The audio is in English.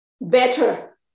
better